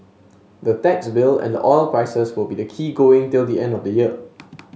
the tax bill and the oil prices will be the key going till the end of the year